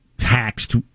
Taxed